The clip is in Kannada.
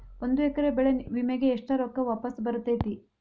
ಒಂದು ಎಕರೆ ಬೆಳೆ ವಿಮೆಗೆ ಎಷ್ಟ ರೊಕ್ಕ ವಾಪಸ್ ಬರತೇತಿ?